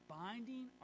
binding